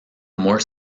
more